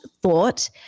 thought